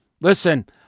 Listen